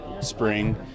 spring